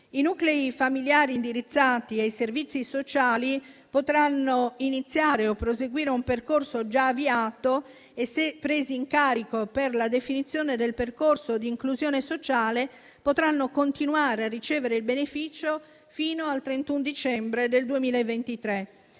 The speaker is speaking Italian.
I nuclei familiari indirizzati ai servizi sociali potranno iniziare o proseguire un percorso già avviato e, se presi in carico per la definizione del percorso di inclusione sociale, potranno continuare a ricevere il beneficio fino al 31 dicembre 2023.